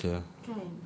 kental sia